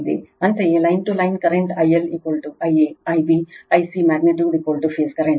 ಅಂತೆಯೇ line to line current I L I a I b I c magnitude phase current